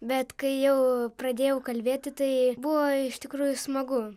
bet kai jau pradėjau kalbėti tai buvo iš tikrųjų smagu